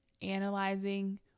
analyzing